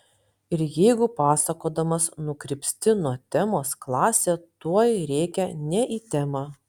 ir jeigu pasakodamas nukrypsti nuo temos klasė tuoj rėkia ne į temą